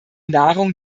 nahrung